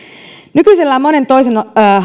nykyisellään monen toisen